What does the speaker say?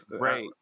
Right